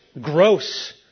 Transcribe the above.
gross